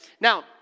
Now